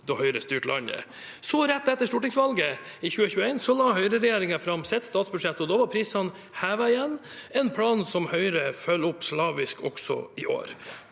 da Høyre styrte landet. Så, rett etter stortingsvalget i 2021, la høyreregjeringen fram sitt statsbudsjett, og da var prisene hevet igjen, en plan som Høyre følger opp slavisk også i år.